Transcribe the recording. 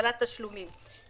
לקבלת תשלומים.